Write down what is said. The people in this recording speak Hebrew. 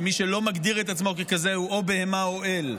שמי שלא מגדיר את עצמו ככזה הוא או בהמה או אל,